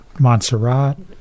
Montserrat